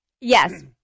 Yes